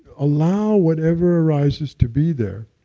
allow whatever arises to be there,